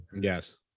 Yes